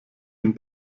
den